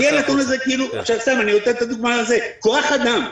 ובלי הנתון הזה עכשיו סתם אני נותן את הדוגמה: כוח אדם,